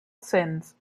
sins